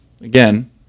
again